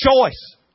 choice